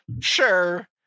sure